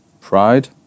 Pride